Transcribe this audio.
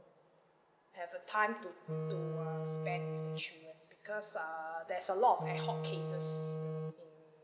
have a time to to uh spend with the children because uh there's a lot of ad hoc cases in in